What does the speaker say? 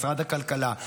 משרד הכלכלה,